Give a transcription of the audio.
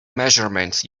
measurements